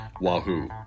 Wahoo